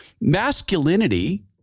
Masculinity